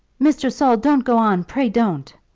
mr. saul, don't go on pray don't.